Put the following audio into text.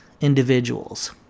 individuals